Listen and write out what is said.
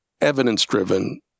evidence-driven